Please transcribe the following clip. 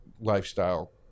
lifestyle